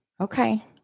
Okay